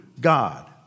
God